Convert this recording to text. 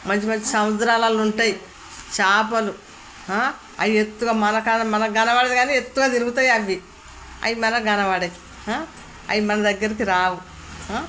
మంచి మంచి సముద్రాలాలో ఉంటాయి చాపలు అవి ఎత్తుగ మనక మనకి కనపడదు కానీ ఎతుగా తిరుగుతాయి అవి అవి మనకు కనపడవు అవి మన దగ్గరికి రావు